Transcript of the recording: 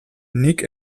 nik